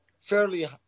fairly